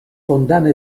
condanna